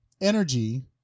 energy